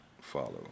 follow